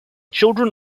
children